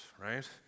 right